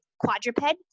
quadruped